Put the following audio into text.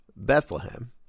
Bethlehem